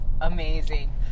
Amazing